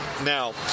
Now